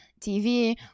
tv